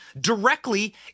directly